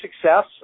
success